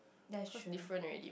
that's true